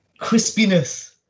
Crispiness